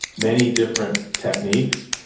many different techniques.